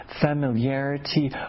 familiarity